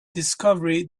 discovery